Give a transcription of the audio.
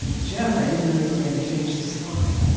jeff i didn't know you were going to change the slide.